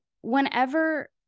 whenever